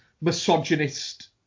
misogynist